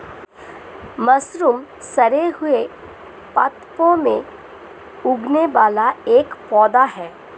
mushroom सड़े हुए पादपों में उगने वाला एक पौधा है